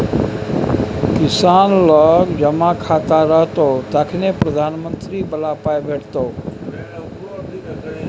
किसान लग जमा खाता रहतौ तखने प्रधानमंत्री बला पाय भेटितो